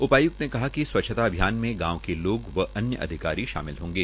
उपायुक्त ने कहा कि स्वच्छता अभियान में गांव के लोग व अन्य अधिकारी शामिल होंगे